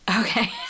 Okay